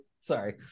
Sorry